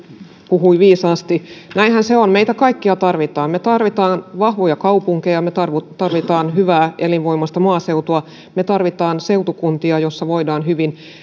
puhui viisaasti näinhän se on meitä kaikkia tarvitaan me tarvitsemme vahvoja kaupunkeja me tarvitsemme hyvää elinvoimaista maaseutua me tarvitsemme seutukuntia joissa voidaan hyvin